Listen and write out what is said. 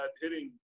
hitting